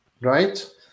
right